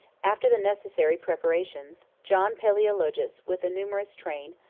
after the necessary preparations, john palaeologus, with a numerous train,